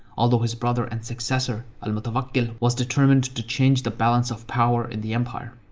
although, his brother and successor, al-mutawakkil was determined to change the balance of power in the empire.